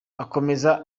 akomeza